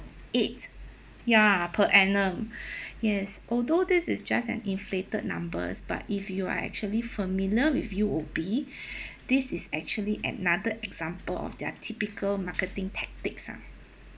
eight ya per annum yes although this is just an inflated numbers but if you are actually familiar with U_O_B this is actually another example of their typical marketing tactics ah